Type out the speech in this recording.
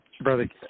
Brother